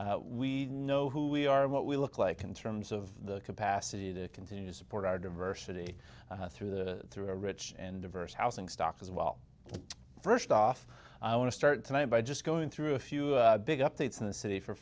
that we know who we are what we look like in terms of the capacity to continue to support our diversity through the through a rich and diverse housing stock as well first off i want to start tonight by just going through a few big updates in the city for